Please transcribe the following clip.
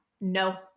No